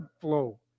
flow